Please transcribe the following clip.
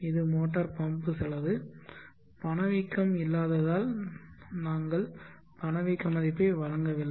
இது motor pump செலவு பணவீக்கம் இல்லாததால் நாங்கள் பணவீக்க மதிப்பை வழங்கவில்லை